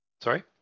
Sorry